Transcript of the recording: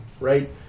right